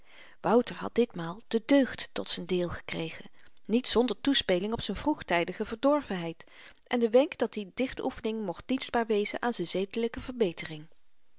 wouter had ditmaal de deugd tot z'n deel gekregen niet zonder toespeling op z'n vroegtydige verdorvenheid en den wenk dat die dichtoefening mocht dienstbaar wezen aan z'n zedelyke verbetering